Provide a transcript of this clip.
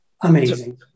Amazing